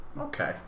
Okay